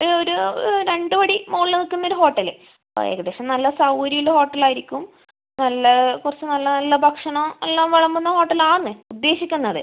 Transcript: ഒരു രണ്ട് പടി മുകളിൽ നിൽക്കുന്ന ഒരു ഹോട്ടല് ആ ഏകദേശം നല്ല സൗകര്യം ഉള്ള ഹോട്ടലായിരിക്കും നല്ല കുറച്ച് നല്ല നല്ല ഭക്ഷണം എല്ലാം വിളമ്പുന്ന ഹോട്ടലാണ് ഉദ്ദേശിക്കുന്നത്